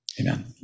Amen